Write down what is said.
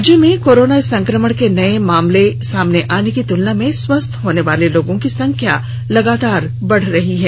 राज्य में कोरोना संक्रमण के नए मामले सामने आने की तुलना में स्वस्थ होनेवाले लोगों की संख्या लगातार बढ़ रही है